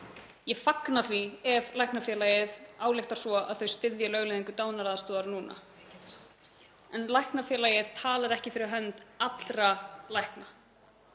Ég fagna því ef Læknafélagið ályktar svo að það styðji lögleiðingu dánaraðstoðar núna en Læknafélagið talar ekki fyrir hönd allra lækna.